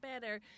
better